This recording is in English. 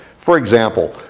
for example,